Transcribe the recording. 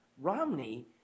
Romney